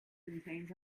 contains